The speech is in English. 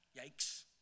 Yikes